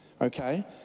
Okay